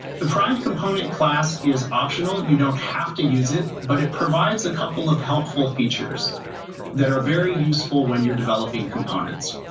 the primedcomponent class is optional, you don't have to use it, but it provides a couple of helpful features that are very useful when you're developing components.